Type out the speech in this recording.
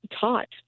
taught